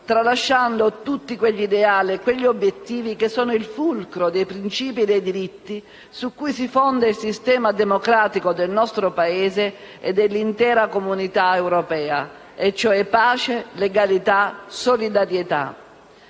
tralasciando tutti quegli ideali e obiettivi che sono il fulcro dei principi e dei diritti su cui si fonda il sistema democratico del nostro Paese e dell'intera comunità europea: pace, legalità e solidarietà.